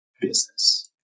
business